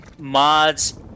Mods